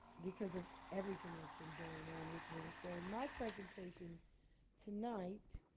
because of everything that's been going on with me. so in my presentation tonight,